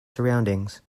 surroundings